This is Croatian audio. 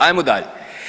Ajmo dalje.